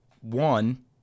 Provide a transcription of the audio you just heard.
One